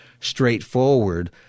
straightforward